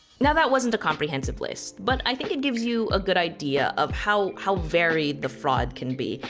now that wasn't a comprehensive list, but i think it gives you a good idea of how how varied the fraud can be.